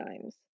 times